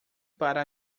para